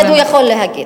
מי שמתנגד יכול להגיד.